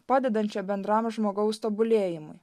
padedančia bendram žmogaus tobulėjimui